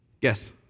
Yes